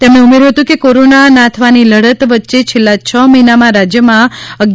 તેમણે ઉમેર્યું હતું કે કોરોના નાથવાની લડત વચ્ચે છેલ્લા છ મહિનામાં રાજ્યમાં રૂ